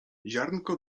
ziarnko